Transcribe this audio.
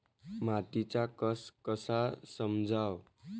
मातीचा कस कसा समजाव?